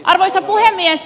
arvoisa puhemies